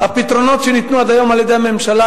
הפתרונות שניתנו עד היום על-ידי הממשלה